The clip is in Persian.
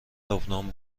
لبنان